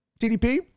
TDP